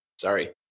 sorry